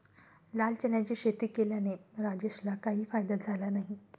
लाल चण्याची शेती केल्याने राजेशला काही फायदा झाला नाही